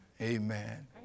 Amen